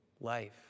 life